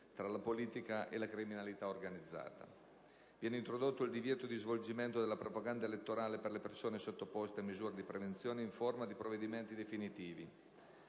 tra la politica e la criminalità organizzata. Viene introdotto il divieto di svolgimento della propaganda elettorale per le persone sottoposte a misure di prevenzione in forza di provvedimenti definitivi,